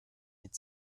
mit